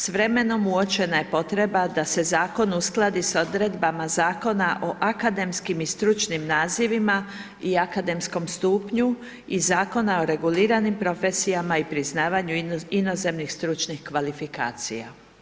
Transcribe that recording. S vremenom uočena je potreba da se Zakon uskladi s Odredbama Zakona o akademskim i stručnim nazivima i akademskom stupnju i Zakona o reguliranim profesijama i priznavanju inozemnih stručnih kvalifikacija.